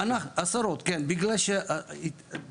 כמה עשרות כן.